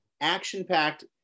action-packed